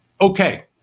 Okay